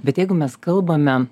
bet jeigu mes kalbame